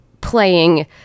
playing